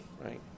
right